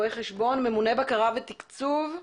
ממונה בקרה ותקצוב.